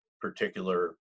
particular